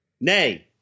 Nay